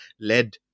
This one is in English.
led